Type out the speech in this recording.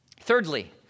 Thirdly